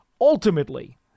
ultimately